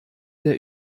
der